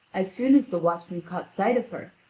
as soon as the watchman caught sight of her,